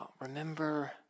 Remember